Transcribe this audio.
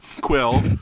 Quill